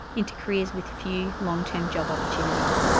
into careers with few long-term job opportunities.